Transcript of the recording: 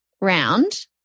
round